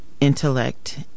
intellect